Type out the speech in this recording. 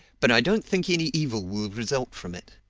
but i don't think any evil will result from it.